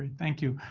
thank you.